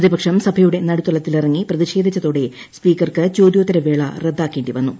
പ്രതിപക്ഷം സഭയുടെ നടുത്തളത്തിലിറങ്ങി പ്രതിഷേധിച്ചതോടെ സ്പീക്കർക്ക് ചോദ്യോത്തരവേള റദ്ദാക്കേണ്ടി വന്നു